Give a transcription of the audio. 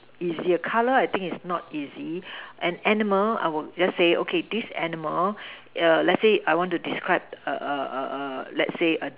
easier colour I think is not easy an animal I'll just say okay this animal err let's say I want to describe err let's say err